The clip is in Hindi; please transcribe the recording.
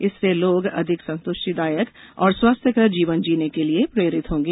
इससे लोग अधिक संतुष्टिदायक और स्वास्थ्यकर जीवन जीने के लिए प्रेरित होंगे